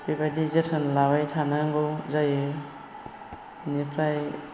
बेबायदि जोथोन लाबाय थानांगौ जायो बेनिफ्राय